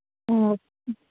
okay